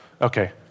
Okay